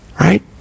Right